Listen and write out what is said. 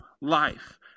life